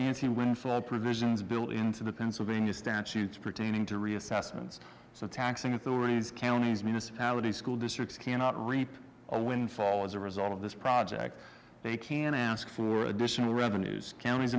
windfall provisions built into the pennsylvania statutes pertaining to reassessments so taxing authorities counties municipalities school districts cannot reap a windfall as a result of this project they can ask for additional revenues counties